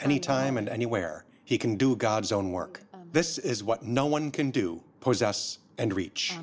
anytime and anywhere he can do god's own work this is what no one can do possess and reach